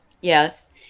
Yes